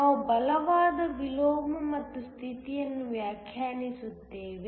ನಾವು ಬಲವಾದ ವಿಲೋಮ ಎಂಬ ಸ್ಥಿತಿಯನ್ನು ವ್ಯಾಖ್ಯಾನಿಸುತ್ತೇವೆ